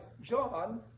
John